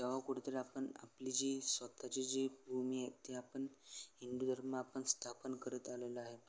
तेव्हा कुठंतरी आपण आपली जी स्वत ची जी भूमी आहे ती आपण हिंदू धर्म आपण स्थापन करत आलेलं आहे